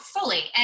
fully